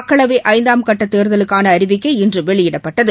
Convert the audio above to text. மக்களவை ஐந்தாம் கட்ட தேர்தலுக்கான அறிவிக்கை இன்று வெளியிடப்பட்டது